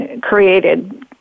created